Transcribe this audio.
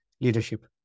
leadership